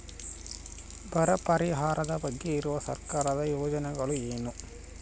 ಬರ ಪರಿಹಾರದ ಬಗ್ಗೆ ಇರುವ ಸರ್ಕಾರದ ಯೋಜನೆಗಳು ಏನು?